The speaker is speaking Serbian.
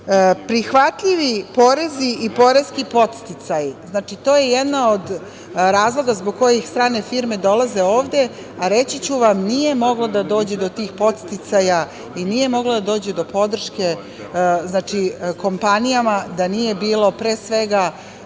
zapadom. Prihvatljivi porezi i poreski podsticaji, znači, to je jedan od razloga zbog kojih strane firme dolaze ovde, a reći ću vam, nije moglo da dođe do tih podsticaja i nije moglo da dođe do podrške kompanijama da nije bilo, pre svega,